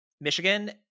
Michigan